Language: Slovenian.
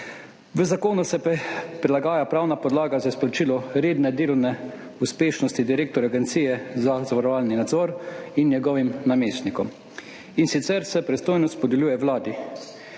V zakonu se pa prilagaja pravna podlaga za izplačilo redne delovne uspešnosti direktorju Agencije za zavarovalni nadzor in njegovim namestnikom, in sicer se pristojnost podeljuje Vladi,